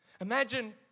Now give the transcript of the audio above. Imagine